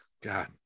god